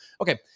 Okay